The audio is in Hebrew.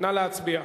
נא להצביע,